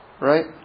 Right